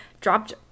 dropped